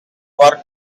work